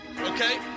okay